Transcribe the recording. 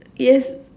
yes